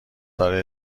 داره